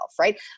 right